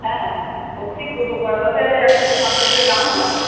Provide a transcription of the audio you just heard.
হ্যাঁ বলছি পূর্ব পাড়াটাতে একটা দোকান করলে কেমন হয়